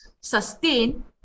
sustain